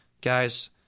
Guys